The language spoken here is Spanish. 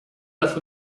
las